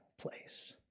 place